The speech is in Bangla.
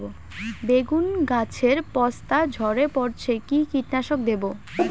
বেগুন গাছের পস্তা ঝরে পড়ছে কি কীটনাশক দেব?